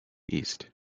east